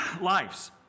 lives